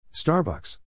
Starbucks